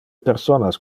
personas